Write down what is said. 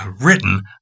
written